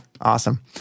awesome